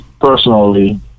personally